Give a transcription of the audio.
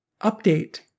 update